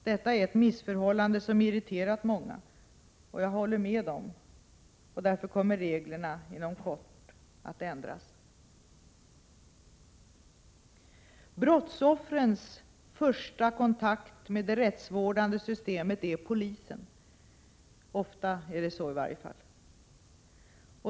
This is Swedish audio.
Detta är ett missförhållande som irriterat många. Jag håller med dem, och därför kommer reglerna inom kort att ändras. Brottsoffrens första kontakt med det rättsvårdande systemet är polisen — ofta är det så i varje fall.